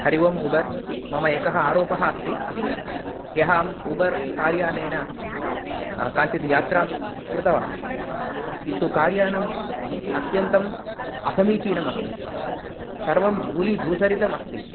Hari Om Uber मम एकः आरोपः अस्ति ह्यः अहम् उबर् कार् यानेन काञ्चित् यात्रां कृतवान् किन्तु कार् यानम् अत्यन्तम् असमीचीनम् अस्ति सर्वं धूलिधूसरितम् अस्ति